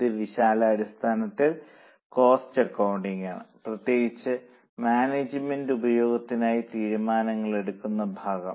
ഇത് വിശാലാടിസ്ഥാനത്തിൽ cost accounting ആണ് പ്രത്യേകിച്ച് മാനേജ്മെന്റ് ഉപയോഗത്തിനായി തീരുമാനങ്ങളെടുക്കുന്ന ഭാഗം